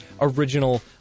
original